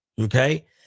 okay